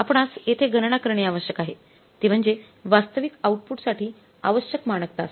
आपणास येथे गणना करणे आवश्यक आहे ते म्हणजे वास्तविक आउटपुटसाठी आवश्यक मानक तास